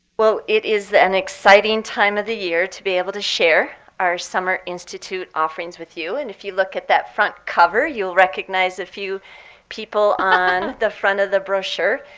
well, it is an exciting time of the year to be able to share our summer institute offerings with you. and if you look at that front cover, you'll recognize a few people on the front of the brochure.